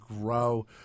grow